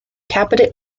capita